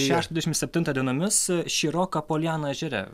šeštą dvidešimt septintą dienomis široka poljana ežere